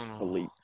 elite